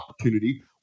opportunity